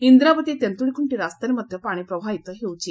ଇନ୍ଦ୍ରାବତୀ ତେନ୍ତୁଳିଖୁଙ୍କ ରାସ୍ତାରେ ମଧ୍ୟ ପାଣି ପ୍ରବାହିତ ହେଉଛି